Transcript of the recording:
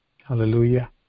Hallelujah